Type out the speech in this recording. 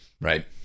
Right